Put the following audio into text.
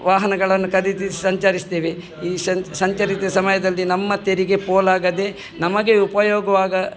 ವಾಹನಗಳನ್ನು ಖರೀದಿಸ ಸಂಚರಿಸ್ತೇವೆ ಈ ಸಂಚರಿಸೋ ಸಮಯದಲ್ಲಿ ನಮ್ಮ ತೆರಿಗೆ ಪೋಲಾಗದೆ ನಮಗೆ ಉಪಯೋಗವಾಗ